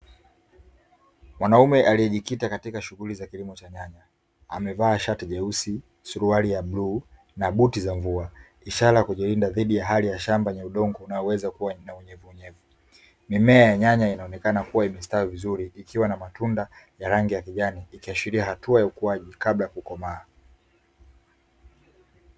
Mwanaume aliyejikita katika shughuli ya kilimo cha nyanya. Amevaa shati jeusi, suruali ya bluu na buti za mvua; ishara ya kujilinda dhidi ya hali ya shamba yenye udongo unaoweza kuwa na unyevunyevu. Mimea ya nyanya inaonekana kuwa imestawi vizuri ikiwa na matunda ya rangi ya kijani, ikishiria hatua ya ukuaji kabla ya kukomaa.